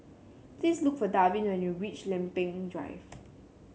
please look for Darvin when you reach Lempeng Drive